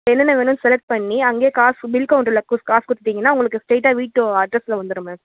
என்னென்ன வேணும்னு செலக்ட் பண்ணி அங்கேயே காசு பில் கவுண்ட்டரில் காசு கொடுத்தீங்கனா உங்களுக்கு ஸ்ட்ரைட்டாக வீட்டு அட்ரஸில் வந்துடும் மேம்